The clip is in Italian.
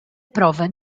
prove